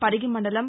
పరిగి మండలం